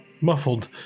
muffled